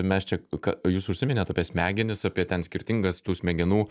mes čia ką jūs užsiminėt apie smegenis apie ten skirtingas tų smegenų